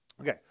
Okay